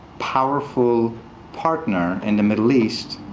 powerful partner in the middle east,